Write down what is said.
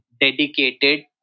dedicated